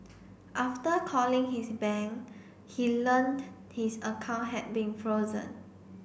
after calling his bank he learnt his account had been frozen